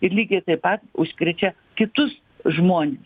ir lygiai taip pat užkrečia kitus žmones